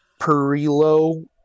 perillo